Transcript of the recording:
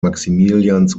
maximilians